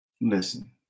Listen